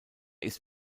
ist